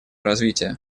развития